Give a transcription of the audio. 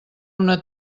una